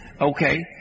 Okay